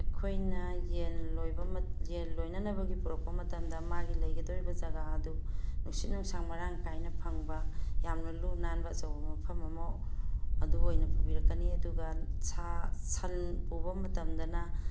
ꯑꯩꯈꯣꯏꯅ ꯌꯦꯟ ꯂꯣꯏꯕ ꯌꯦꯟ ꯂꯣꯏꯅꯅꯕꯒꯤ ꯄꯨꯔꯛꯄ ꯃꯇꯝꯗ ꯃꯥꯒꯤ ꯂꯩꯒꯗꯣꯔꯤꯕ ꯖꯒꯥ ꯑꯗꯨ ꯅꯨꯡꯁꯤꯠ ꯅꯨꯡꯁꯥ ꯃꯔꯥꯡ ꯀꯥꯏꯅ ꯐꯪꯕ ꯌꯥꯝꯅ ꯂꯨ ꯅꯥꯟꯕ ꯑꯆꯧꯕ ꯃꯐꯝ ꯑꯃ ꯑꯗꯨ ꯑꯣꯏꯅ ꯄꯨꯕꯤꯔꯛꯀꯅꯤ ꯑꯗꯨꯒ ꯁꯥ ꯁꯟ ꯄꯨꯕ ꯃꯇꯝꯗꯅ